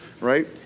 right